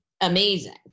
amazing